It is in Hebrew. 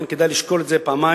לכן כדאי לשקול את זה פעמיים,